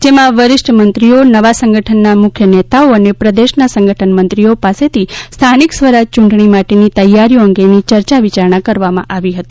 જેમાં વરિષ્ઠ મંત્રીઓ નવા સંગઠનના મુખ્ય નેતાઓ અને પ્રદેશના સંગઠન મંત્રીઓ પાસેથી સ્થાનિક સ્વરાજ ચૂંટણી માટેની તૈયારીઓ અંગેની ચર્ચા વિચારણા કરવામાં આવી હતી